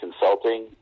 consulting